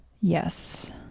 Yes